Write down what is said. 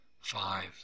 five